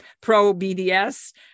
pro-BDS